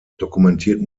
dokumentiert